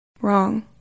Wrong